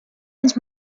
ens